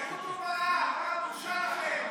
הדשנים נגד,